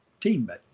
teammate